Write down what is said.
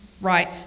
Right